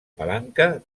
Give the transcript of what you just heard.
palanca